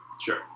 sure